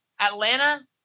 Atlanta